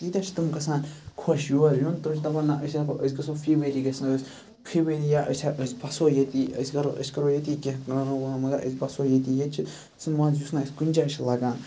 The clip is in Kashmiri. تیٖتیاہ چھِ تِم گژھان خۄش یور یُن تِم چھِ دَپان نہ أسۍ ہٮ۪کو أسۍ گژھو فمیلی گژھو أسۍ فیملی یا أسۍ بَسو ییٚتی أسۍ کَرو أسۍ کَرو ییٚتی کینٛہہ کٲم وٲم مگَر أسۍ بَسو ییٚتی ییٚتہِ چھِ سُہ منٛزٕ یُس نہٕ اسہِ کُنہِ جایہِ چھِ لبان